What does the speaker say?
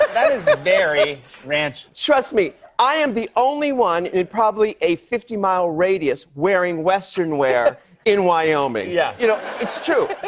but that is very ranch. trust me. i am the only one in probably a fifty mile radius wearing westernwear in wyoming. yeah. you know, it's true.